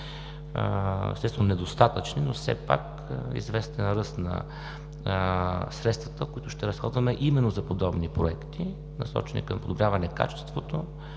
естествено, недостатъчен, но все пак известен ръст на средствата, които ще разходваме именно за подобни проекти, насочени към подобряване качеството